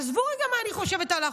עזבו רגע מה אני חושבת על החוק,